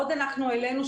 עוד אנחנו העלינו,